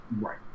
right